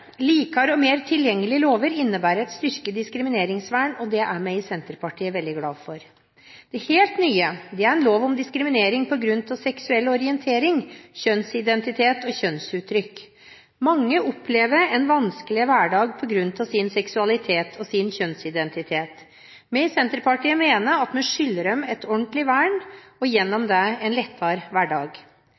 Likere og mer tilgjengelige lover innebærer et styrket diskrimineringsvern, og det er vi i Senterpartiet veldig glad for. Det helt nye er en lov om diskriminering på grunn av seksuell orientering, kjønnsidentitet og kjønnsuttrykk. Mange opplever en vanskelig hverdag på grunn av sin seksualitet og sin kjønnsidentitet. Vi i Senterpartiet mener vi skylder dem et ordentlig vern og gjennom det en lettere hverdag.